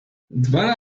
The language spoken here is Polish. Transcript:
dwa